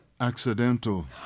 accidental